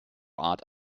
art